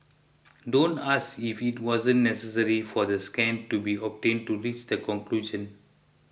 don't ask if it was necessary for the scan to be obtained to reach the conclusion